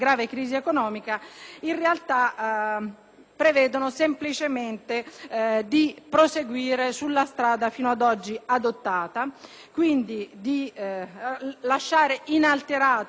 in realtà prevedono semplicemente di proseguire sulla strada fino ad oggi percorsa, lasciando quindi inalterato il sistema